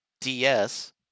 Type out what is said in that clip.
DS